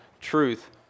truth